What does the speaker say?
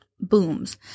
booms